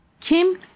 Kim